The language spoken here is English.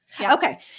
Okay